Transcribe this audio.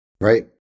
Right